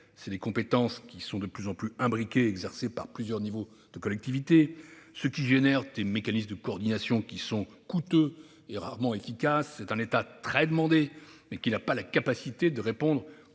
clair, des compétences de plus en plus imbriquées et exercées par plusieurs niveaux de collectivités, d'où des mécanismes de coordination coûteux et rarement efficaces, un État très demandé, mais qui n'a pas la capacité de répondre